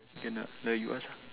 can ah like you ask